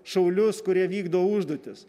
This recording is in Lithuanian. šaulius kurie vykdo užduotis